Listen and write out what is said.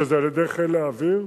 שזה על-ידי חיל האוויר,